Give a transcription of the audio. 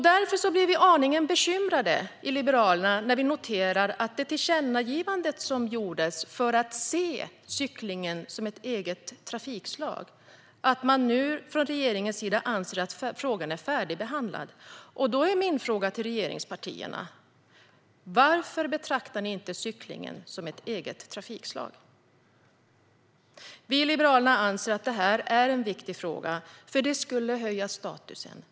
Därför blir vi aningen bekymrade i Liberalerna när vi noterar att när det gäller det tillkännagivande som gjordes för att se cyklingen som ett eget trafikslag anser regeringen nu att frågan är färdigbehandlad. Då är min fråga till regeringspartierna: Varför betraktar ni inte cyklingen som ett eget trafikslag? Vi i Liberalerna anser att detta är en viktig fråga, för det skulle höja statusen.